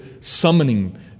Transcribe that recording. summoning